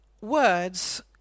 words